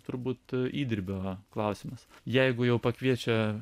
turbūt įdirbio klausimas jeigu jau pakviečia